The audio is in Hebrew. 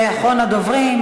אחרון הדוברים,